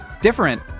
different